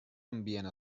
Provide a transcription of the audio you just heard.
ambient